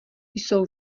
jsou